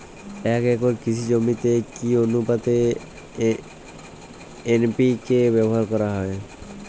এক একর কৃষি জমিতে কি আনুপাতে এন.পি.কে ব্যবহার করা হয়?